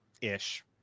ish